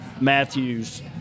Matthews